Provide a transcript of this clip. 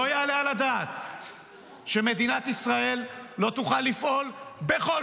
לא יעלה על הדעת שמדינת ישראל לא תוכל לפעול בכל